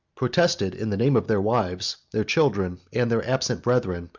protested, in the name of their wives their children, and their absent brethren,